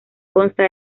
consta